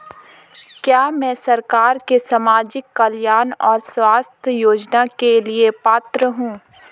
क्या मैं सरकार के सामाजिक कल्याण और स्वास्थ्य योजना के लिए पात्र हूं?